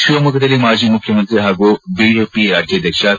ಶಿವಮೊಗ್ಗದಲ್ಲಿ ಮಾಜಿ ಮುಖ್ಯಮಂತ್ರಿ ಹಾಗೂ ಬಿಜೆಪಿ ರಾಜ್ಯಾಧ್ಯಕ್ಷ ಬಿ